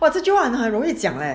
!wow! 这句话很容易讲 eh